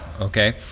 okay